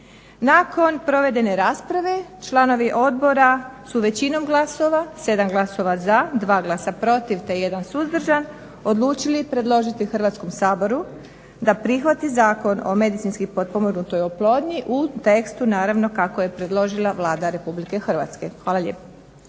Nakon provedene rasprave članovi odbora su većinom glasova, 7 glasova za, 2 glasa protiv, te 1 suzdržan odlučili predložiti Hrvatskom saboru da prihvati Zakon o medicinski potpomognutoj oplodnji u tekstu naravno kako je predložila Vlada Republike Hrvatske. Hvala lijepa.